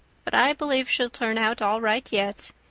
but i believe she'll turn out all right yet.